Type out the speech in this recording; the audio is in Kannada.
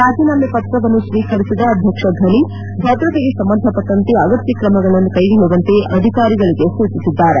ರಾಜೀನಾಮೆ ಪತ್ರವನ್ನು ಸ್ವೀಕರಿಸದ ಅಧ್ಯಕ್ಷ ಘನಿ ಭದ್ರತೆಗೆ ಸಂಬಂಧಪಟ್ಟಂತೆ ಅಗತ್ಯ ಕ್ರಮಗಳನ್ನು ಕ್ನೆಗೊಳ್ಳುವಂತೆ ಅಧಿಕಾರಿಗಳಿಗೆ ಸೂಚಿಸಿದ್ದಾರೆ